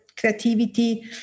creativity